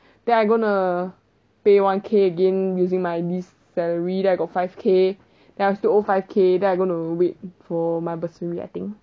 then I'm gonna pay one K again using my this salary then I got five K then I still owe five K then I going to wait for my bursary I think